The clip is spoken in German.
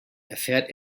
erfährt